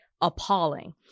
appalling